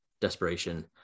desperation